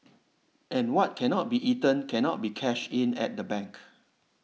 and what cannot be eaten cannot be cashed in at the bank